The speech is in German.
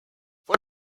vor